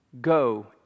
Go